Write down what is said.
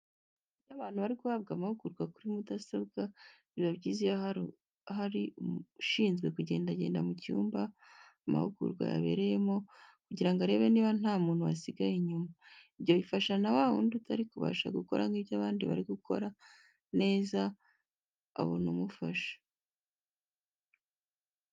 Iyo abantu bari guhabwa amahugurwa kuri mudasobwa, biba byiza iyo hari ushinzwe kugendagenda mu cyumba amahugurwa yabereyemo kugira ngo arebe niba nta muntu wasigaye inyuma. Ibyo bifasha na wa wundi utari kubasha gukora nk'ibyo abandi bari gukora neza abona umufasha.